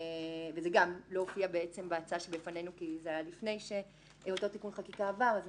זה גם לא הופיע בהצעה שלפנינו כי זה היה לפני שאותו תיקון חקיקה עבר אז